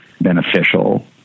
beneficial